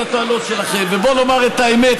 בואו נאמר את האמת,